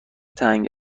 تنگ